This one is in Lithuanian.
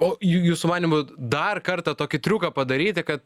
o jū jūsų manymu dar kartą tokį triuką padaryti kad